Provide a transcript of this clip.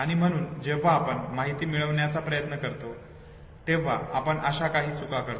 आणि म्हणून जेव्हा आपण माहिती पुन्हा मिळवण्याचा प्रयत्न करतो तेव्हा आपण अशा काही चुका करतो